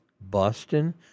Boston